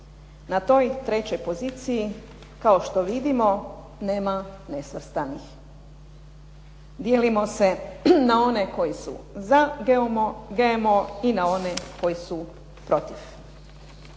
Na toj trećoj poziciji kao što vidimo nema nesvrstanih. Dijelimo se na one koji su za GMO i na one koji su protiv.